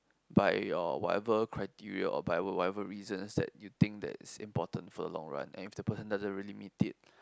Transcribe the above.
by your whatever criteria or by whatever reasons that you think it's important for the long run and if the person doesn't really meet it